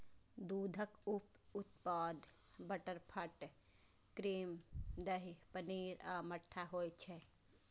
दूधक उप उत्पाद बटरफैट, क्रीम, दही, पनीर आ मट्ठा होइ छै